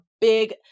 big